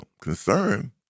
concern